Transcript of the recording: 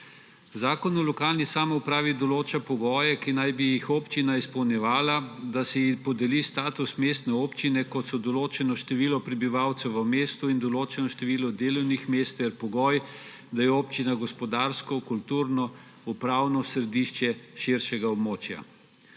Zakon o lokalni samoupravi določa pogoje, ki naj bi jih občina izpolnjevala, da si podeli status mestne občine, kot so določeno število prebivalcev v mestu in določeno število delovnih mest ter pogoj, da je občina gospodarsko, kulturno, upravno središče širšega območja.